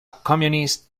communist